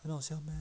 很好笑 meh